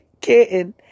Kitten